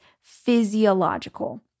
physiological